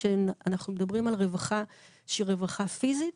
על רווחה פיזית,